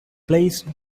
placed